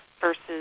versus